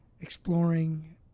exploring